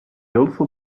also